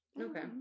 Okay